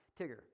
Tigger